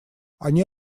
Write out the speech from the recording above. они